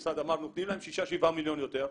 במשרד אמר שנותנים להם שישה-שבעה מיליון יותר,